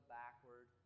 backward